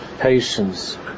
Patience